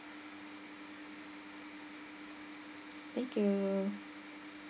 thank you